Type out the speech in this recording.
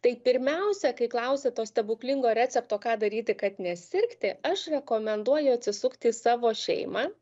tai pirmiausia kai klausia to stebuklingo recepto ką daryti kad nesirgti aš rekomenduoju atsisukti į savo šeimą